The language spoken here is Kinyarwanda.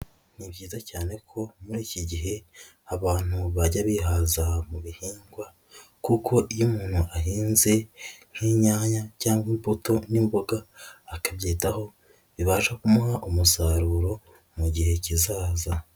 Ni byiza cyane ko muri iki gihe abantu bajya bihaza mu bihingwa kuko iyo umuntu ahinze nk'inyanya cyangwa imbuto n'imboga, akabyitaho bibasha kumuha umusaruro mu gihe kizaza.